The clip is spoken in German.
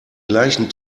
gleichen